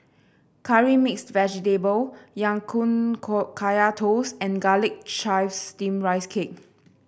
Curry Mixed Vegetable Ya Kun Kaya Toast and Garlic Chives Steamed Rice Cake